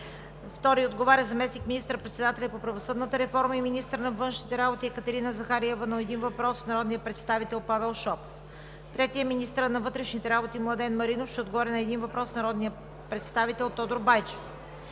Втори отговаря заместник министър-председателят по правосъдната реформа и министър на външните работи Екатерина Захариева. Тя ще отговори на един въпрос от народния представител Павел Шопов. Трети е министърът на вътрешните работи Младен Маринов. Той ще отговори на един въпрос от народния представител Тодор Байчев.